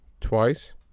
twice